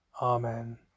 Amen